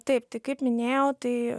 taip tik kaip minėjau tai